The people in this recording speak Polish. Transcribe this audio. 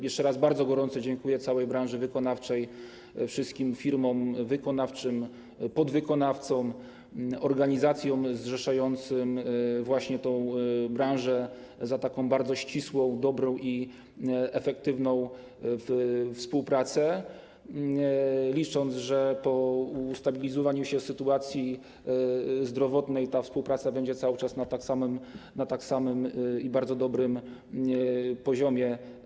Jeszcze raz bardzo gorąco dziękuję całej branży wykonawczej, wszystkim firmom wykonawczym, podwykonawcom, organizacjom zrzeszającym tę branżę za taką bardzo ścisłą, dobrą i efektywną współpracę, licząc, że po ustabilizowaniu się sytuacji zdrowotnej ta współpraca będzie cały czas na takim samym, bardzo dobrym poziomie.